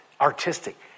Artistic